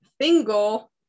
Single